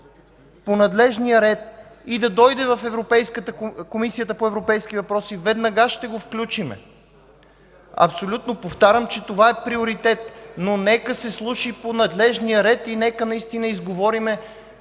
по надлежния ред и да дойде в Комисията по европейските въпроси. Веднага ще го включим. Абсолютно! Повтарям, че това е приоритет, но нека се случи по надлежния ред и нека наистина изговорим